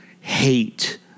hate